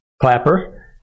clapper